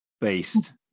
based